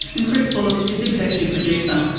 and chris bullock is executive producer.